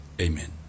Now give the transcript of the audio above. amen